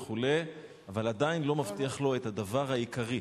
אבל עדיין לא מבטיח לו את הדבר העיקרי,